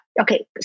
Okay